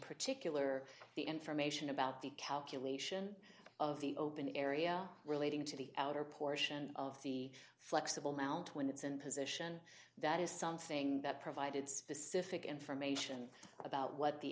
particular the information about the calculation of the open area relating to the outer portion of the flexible mt when it's in position that is something that provided specific information about what the